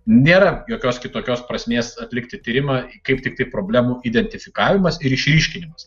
nėra jokios kitokios prasmės atlikti tyrimą kaip tiktai problemų identifikavimas ir išryškinimas